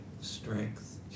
strength